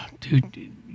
dude